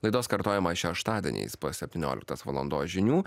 laidos kartojimą šeštadieniais po septynioliktos valandos žinių